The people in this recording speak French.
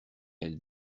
elle